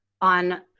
On